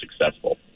successful